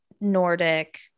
Nordic